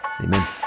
Amen